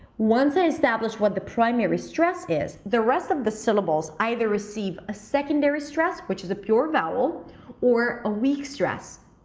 once i establish what the primary stress is the rest of the syllables either receive a secondary stress which is a pure vowel or a weak stress,